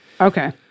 Okay